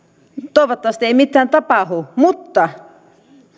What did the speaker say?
toivottavasti ei mitään tapahdu mutta